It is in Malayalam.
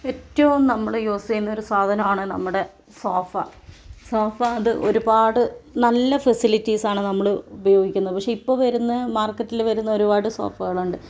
ഏറ്റവും നമ്മള് യൂസ് ചെയ്യുന്നൊരു സാധനമാണ് നമ്മുടെ സോഫ സോഫ അത് ഒരുപാട് നല്ല ഫെസിലിറ്റീസാണ് നമ്മള് ഉപയോഗിക്കുന്നത് പക്ഷേ ഇപ്പൊൾ വരുന്ന മാർക്കറ്റില് വരുന്ന ഒരുപാട് സോഫകളുണ്ട്